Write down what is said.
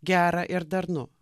gera ir darnu